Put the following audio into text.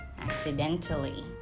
Accidentally